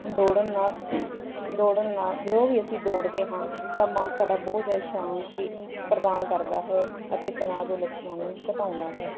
ਦੌੜਨ ਨਾਲ ਦੌੜਨ ਨਾਲ ਜਦੋਂ ਵੀ ਅਸੀਂ ਦੌੜਦੇ ਹਾਂ ਤਾਂ ਮਨ ਸਾਡਾ ਬਹੁਤ ਜ਼ਿਅਦਾ ਸ਼ਾਂਤੀ ਪ੍ਰਦਾਨ ਕਰਦਾ ਹੈ ਅਤੇ ਤਣਾਅ ਦੇ ਲੱਛਣਾਂ ਨੂੰ ਘਟਾਉਂਦਾ ਹੈ